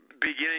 beginning